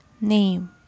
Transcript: name